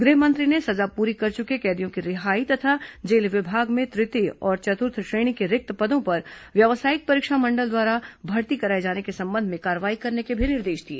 गृह मंत्री ने सजा पूरी कर चुके कैदिया की रिहाई तथा जेल विभाग में तृतीय और चतुर्थ श्रेणी के रिक्त पदों पर व्यावसायिक परीक्षा मंडल द्वारा भर्ती कराए जाने के संबंध में कार्रवाई करने के भी निर्देश दिए